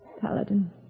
Paladin